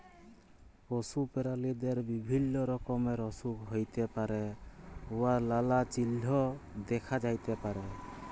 পশু পেরালিদের বিভিল্য রকমের অসুখ হ্যইতে পারে উয়ার লালা চিল্হ দ্যাখা যাতে পারে